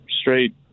straight